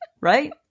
right